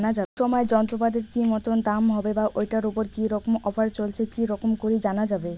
কোন সময় যন্ত্রপাতির কি মতন দাম হবে বা ঐটার উপর কি রকম অফার চলছে কি রকম করি জানা যাবে?